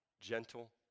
Gentle